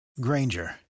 Granger